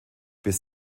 bis